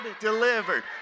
delivered